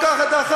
תקראו לו להתפטר.